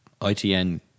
ITN